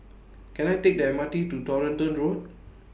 Can I Take The M R T to Toronto Road